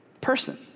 person